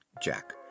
Jack